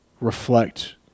reflect